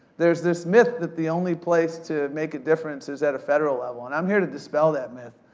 there's this myth that the only place to make a difference is at a federal level. and i'm here to dispel that myth.